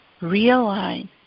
realign